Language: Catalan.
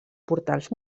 portals